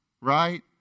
right